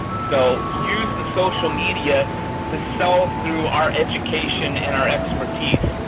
so use the social media to sell through our education and our expertise.